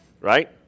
right